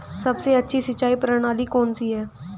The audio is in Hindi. सबसे अच्छी सिंचाई प्रणाली कौन सी है?